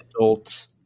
adult